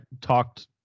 talked